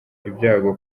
ibyago